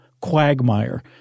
quagmire